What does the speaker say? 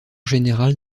général